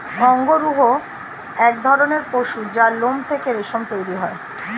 অঙ্গরূহ এক ধরণের পশু যার লোম থেকে রেশম তৈরি হয়